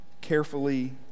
carefully